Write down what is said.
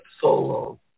solo